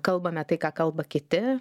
kalbame tai ką kalba kiti